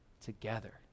together